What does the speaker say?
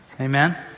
Amen